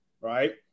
right